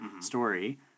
story